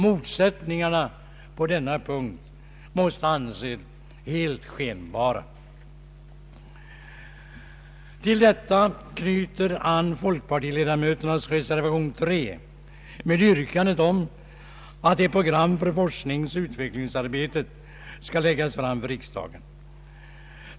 Motsättningarna på denna punkt måste anses helt skenbara. Till detta knyter an folkpartiledamöternas reservation 3 med yrkandet om att ett program för forskningsoch utvecklingsarbetet skall läggas fram för riksdagen.